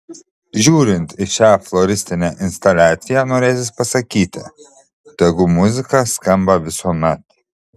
žiūrint į šią floristinę instaliaciją norėsis pasakyti tegu muzika skamba visuomet